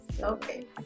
okay